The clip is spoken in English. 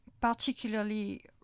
particularly